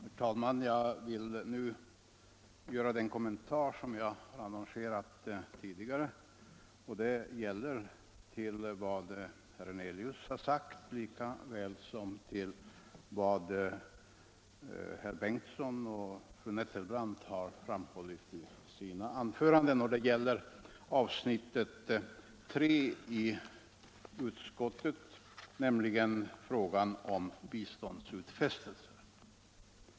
Herr talman! Jag vill nu göra den kommentar som jag tidigare annonserade. Jag anknyter den till vad herr Hernelius sagt lika väl som till vad herr Bengtson och fru Nettelbrandt framhållit i sina anföranden. Det gäller avsnittet 3 i utskottsbetänkandet, nämligen frågan om biståndsutfästelser.